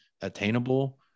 attainable